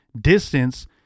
distance